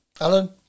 Alan